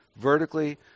vertically